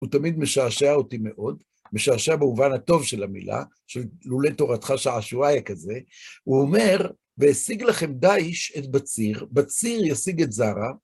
הוא תמיד משעשע אותי מאוד, משעשע במובן הטוב של המילה, ש"לולי תורתך שעשועי" כזה. הוא אומר, וישיג לכם דייש את בציר, בציר ישיג את זרה.